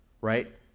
right